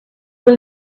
will